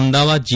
Ahmedabad જી